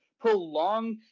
prolong